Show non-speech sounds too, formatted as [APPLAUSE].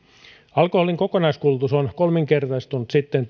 alkoholin kokonaiskulutus on kolminkertaistunut sitten [UNINTELLIGIBLE]